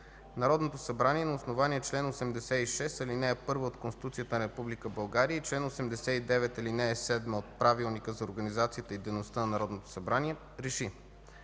Народното събрание на основание чл. 86, ал. 1 от Конституцията на Република България и чл. 89, ал. 7 от Правилника за организацията и дейността на Народното събрание РЕШИ: